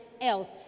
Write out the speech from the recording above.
else